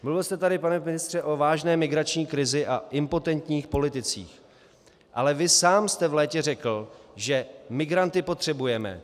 Mluvil jste tady, pane ministře, o vážné migrační krizi a impotentních politicích, ale vy sám jste v létě řekl, že migranty potřebujeme.